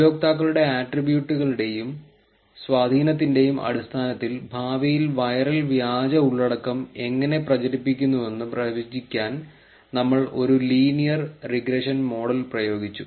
ഉപയോക്താക്കളുടെ ആട്രിബ്യൂട്ടുകളുടെയും സ്വാധീനത്തിന്റെയും അടിസ്ഥാനത്തിൽ ഭാവിയിൽ വൈറൽ വ്യാജ ഉള്ളടക്കം എങ്ങനെ പ്രചരിപ്പിക്കുന്നുവെന്ന് പ്രവചിക്കാൻ നമ്മൾ ഒരു ലീനിയർ റിഗ്രഷൻ മോഡൽ പ്രയോഗിച്ചു